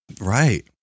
Right